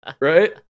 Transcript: Right